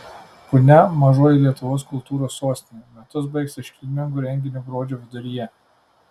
punia mažoji lietuvos kultūros sostinė metus baigs iškilmingu renginiu gruodžio viduryje